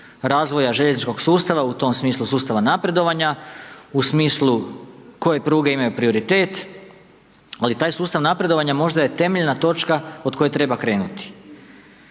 razvoja željezničkog sustava u tom sustava napredovanja, u smislu koje pruge imaju prioritet, ali taj sustav napredovanja možda je temeljna točka od koje treba krenuti.